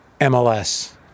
MLS